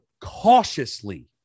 cautiously